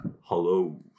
hello